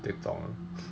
TikTok